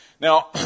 Now